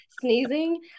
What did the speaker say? sneezing